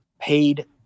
paid